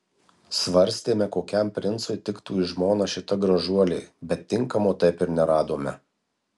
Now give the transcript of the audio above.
svarstėme kokiam princui tiktų į žmonas šita gražuolė bet tinkamo taip ir neradome